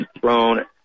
thrown